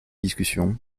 discussions